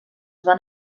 van